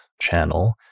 channel